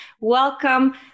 Welcome